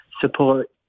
support